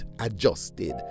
adjusted